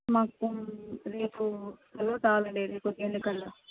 మాకు రేపు ఉదయం కావాలండీ రేపు ఉదయానికల్లా